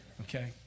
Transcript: Okay